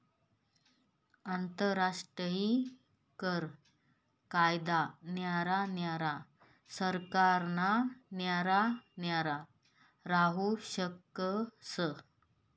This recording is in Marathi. आंतरराष्ट्रीय कर कायदा न्यारा न्यारा सरकारना न्यारा न्यारा राहू शकस